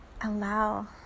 allow